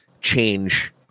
change